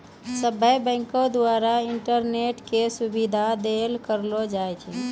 सभ्भे बैंको द्वारा इंटरनेट के सुविधा देल करलो जाय छै